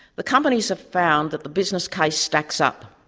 the companies have found that the business case stacks up.